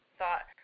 thought